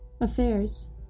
affairs